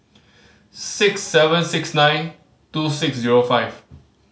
six seven six nine two six zero five